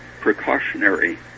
precautionary